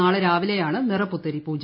നാളെ രാവിലെയാണ് നിറപുത്തരി പൂജ